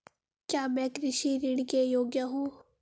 क्या मैं कृषि ऋण के योग्य हूँ?